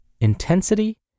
intensity